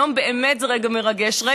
היום זה רגע מרגש באמת,